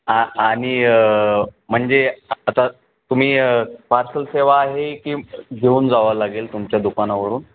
आ आणि म्हणजे आता तुम्ही पार्सल सेवा आहे की घेऊन जावा लागेल तुमच्या दुकानावरून